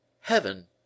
Heaven